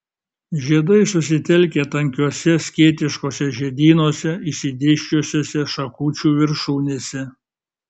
žiedai susitelkę tankiuose skėtiškuose žiedynuose išsidėsčiusiuose šakučių viršūnėse